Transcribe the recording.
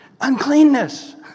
uncleanness